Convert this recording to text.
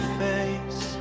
face